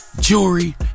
Jewelry